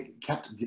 kept